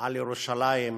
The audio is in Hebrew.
על ירושלים.